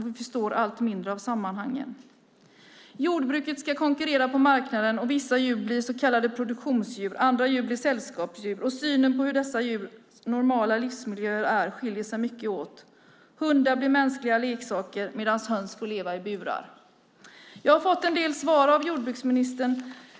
Vi förstår allt mindre av sammanhangen. Jordbruket ska konkurrera på marknaden, och vissa djur blir så kallade produktionsdjur. Andra djur blir sällskapsdjur. Synen på hur dessa djurs normala livsmiljö är skiljer sig mycket åt. Hundar blir mänskliga leksaker medan höns får leva i burar. Jag har fått en del svar av jordbruksministern.